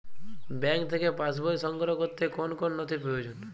Bank থেকে pass বই সংগ্রহ করতে কোন কোন নথি প্রয়োজন?